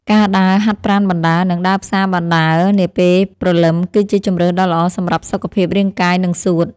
ការដើរហាត់ប្រាណបណ្ដើរ និងដើរផ្សារបណ្ដើរនាពេលព្រលឹម គឺជាជម្រើសដ៏ល្អសម្រាប់សុខភាពរាងកាយនិងសួត។